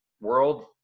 world